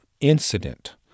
incident